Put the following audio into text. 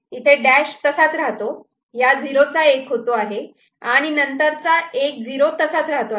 इथे डॅश तसाच राहतो या झिरोचा एक होतो आहे आणि नंतरचा 1 0 तसाच राहतो आहे